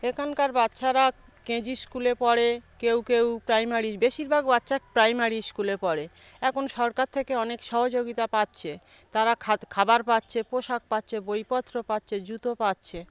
এখানকার বাচ্চারা K G স্কুলে পড়ে কেউ কেউ প্রাইমারির বেশিরভাগ বাচ্চা প্রাইমারি স্কুলে পড়ে এখন সরকার থেকে অনেক সহযোগিতা পাচ্ছে তারা খাবার পাচ্ছে পোশাক পাচ্ছে বইপত্র পাচ্ছে জুতো পাচ্ছে